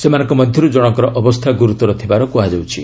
ସେମାନଙ୍କ ମଧ୍ୟରୁ ଜଣଙ୍କର ଅବସ୍ଥା ଗୁରୁତର ଥିବାର କୁହାଯାଉଛି